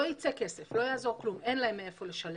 לא ייצא כסף, לא יעזור כלום, אין להם מאיפה לשלם,